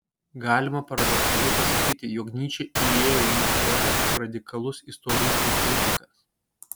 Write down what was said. galima paradoksaliai pasakyti jog nyčė įėjo į istoriją kaip radikalus istorizmo kritikas